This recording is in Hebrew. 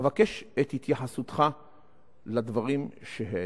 ואבקש את התייחסותך לדברים שהעליתי.